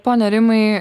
pone rimai